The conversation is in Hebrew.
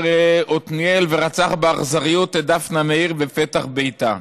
עתניאל ורצח באכזריות את דפנה מאיר בפתח ביתה.